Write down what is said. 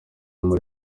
irimo